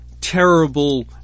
terrible